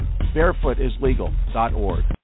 barefootislegal.org